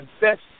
best